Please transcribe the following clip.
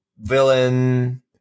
villain